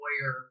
lawyer